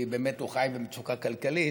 כי באמת הוא חי במצוקה כלכלית,